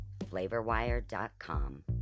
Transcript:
FlavorWire.com